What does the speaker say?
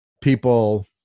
people